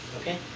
okay